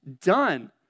done